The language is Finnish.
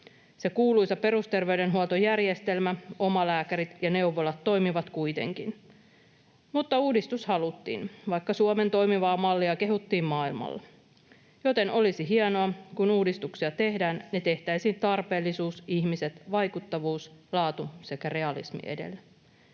Se kuuluisa perusterveydenhuoltojärjestelmä, omalääkärit ja neuvolat toimivat kuitenkin. Uudistus haluttiin, vaikka Suomen toimivaa mallia kehuttiin maailmalla, joten olisi hienoa, että kun uudistuksia tehdään, ne tehtäisiin tarpeellisuus, ihmiset, vaikuttavuus, laatu sekä realismi edellä.